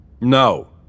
No